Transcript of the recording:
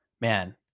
Man